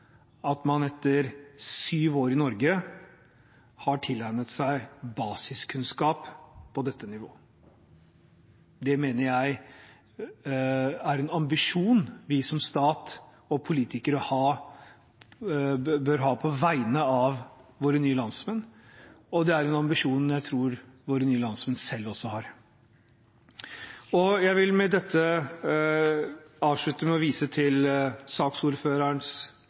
at man etter sju år i Norge ikke har tilegnet seg basiskunnskaper på dette nivået. Det mener jeg er en ambisjon vi som stat og som politikere bør ha på vegne av våre nye landsmenn, og det er en ambisjon jeg også tror våre nye landsmenn selv har. Jeg vil med dette avslutte ved å vise til saksordførerens